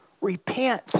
Repent